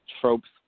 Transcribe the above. tropes